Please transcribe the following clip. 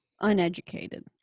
uneducated